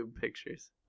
pictures